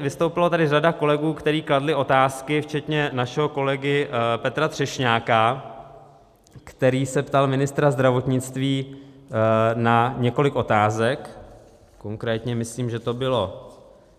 Vystoupila tady řada kolegů, kteří kladli otázky, včetně našeho kolegy Petra Třešňáka, který se ptal ministra zdravotnictví na několik otázek, konkrétně myslím, že to bylo